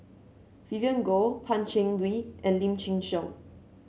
Vivien Goh Pan Cheng Lui and Lim Chin Siong